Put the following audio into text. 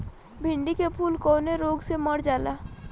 भिन्डी के फूल कौने रोग से मर जाला?